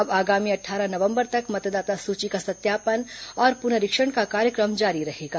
अब आगामी अट्ठारह नवंबर तक मतदाता सूची का सत्यापन और पुनरीक्षण का कार्यक्रम जारी रहेगा